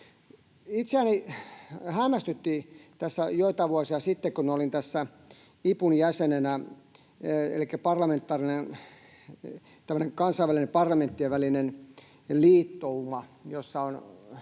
Itseäni hämmästytti tässä joitain vuosia sitten, kun olin IPUn jäsenenä — elikkä tämmöinen kansainvälinen parlamenttien välinen liittouma, jossa lähes